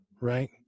right